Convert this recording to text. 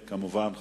כמובן,